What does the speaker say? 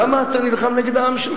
למה אתה נלחם נגד העם שלך?